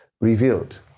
revealed